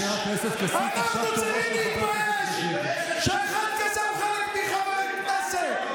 אנחנו צריכים להתבייש שאחד כזה הוא חלק מחברי הכנסת.